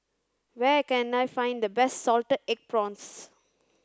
where can I find the best salted egg prawns